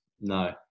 No